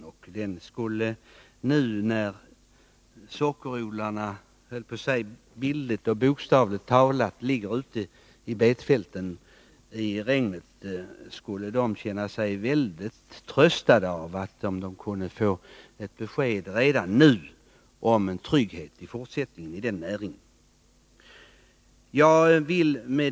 Sockerbetsodlarna, som f.n. både bildligt och bokstavligt talat ligger ute i regnet på betfälten, skulle känna sig i hög grad lugnade om de redan nu kunde få ett besked om en framtida trygghet i sin näring. Herr talman!